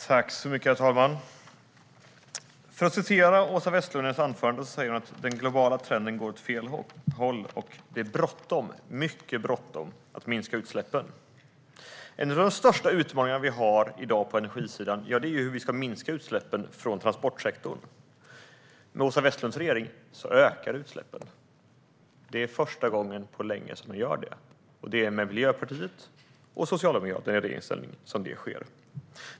Herr talman! Åsa Westlund säger i ett av sina anföranden att den globala trenden går åt fel håll och att det är bråttom, mycket bråttom, att minska utsläppen. En av de största utmaningar vi har i dag på energisidan är hur vi ska minska utsläppen från transportsektorn. Med Åsa Westlunds regering ökar utsläppen. Det är första gången på länge som de gör det, och detta sker med Miljöpartiet och Socialdemokraterna i regeringsställning.